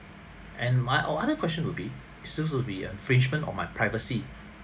and my or other question will be it's going to be infringement on my privacy